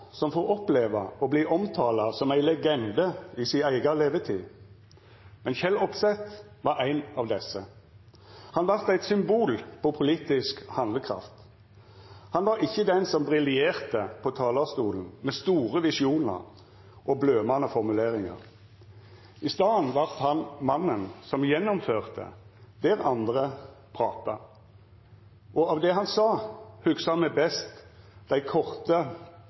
som får oppleva å verta omtala som ei legende i si eiga levetid. Men Kjell Opseth var ein av desse. Han vart eit symbol på politisk handlekraft. Han var ikkje den som briljerte på talarstolen med store visjonar og blømande formuleringar. I staden vart han mannen som gjennomførte, der andre prata. Av det han sa, hugsar me best dei korte,